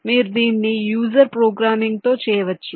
మీరు దీన్ని యూజర్ ప్రోగ్రామింగ్తో చేయవచ్చు